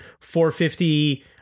450